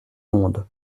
mondes